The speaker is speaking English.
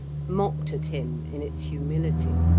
mocked at him in its humility.